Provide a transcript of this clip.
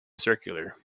circular